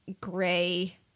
gray